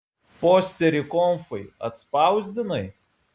posterį konfai atspausdinai